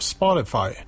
Spotify 、